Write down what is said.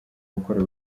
gukora